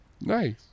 Nice